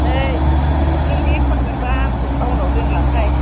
नै नों बेथ'न मोनबा आंखौ टाउन आव दोनलांहाय